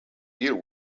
deal